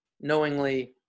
knowingly